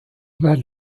then